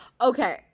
Okay